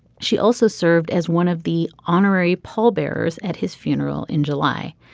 she also served as one of the honorary pallbearers at his funeral in july.